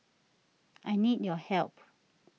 I need your help